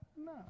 no